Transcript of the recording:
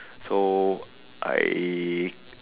so I